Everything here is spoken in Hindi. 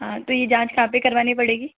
हाँ तो यह जाँच कहाँ पर करवानी पड़ेगी